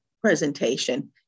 presentation